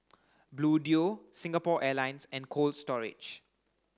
Bluedio Singapore Airlines and Cold Storage